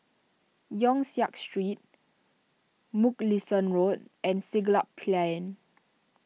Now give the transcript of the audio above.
Yong Siak Street Mugliston Road and Siglap Plain